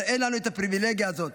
אבל אין לנו את הפריבילגיה הזאת,